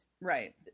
right